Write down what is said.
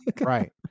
right